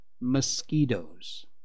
mosquitoes